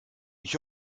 ich